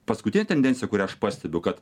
paskutinė tendencija kurią aš pastebiu kad